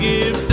Give